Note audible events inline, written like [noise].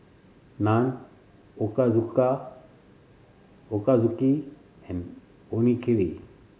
Naan [unintelligible] Ochazuke and Onigiri